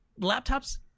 Laptops